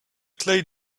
clay